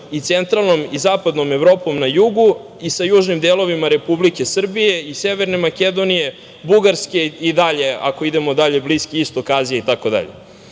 i centralnom i zapadnom Evropom na jugu i sa južnim delovima Republike Srbije i Severne Makedonije, Bugarske, i dalje, ako i idemo dalje, Bliski Istok, Azija, itd. Važna je